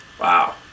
Wow